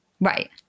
Right